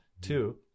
Two